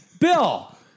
Bill